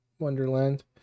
wonderland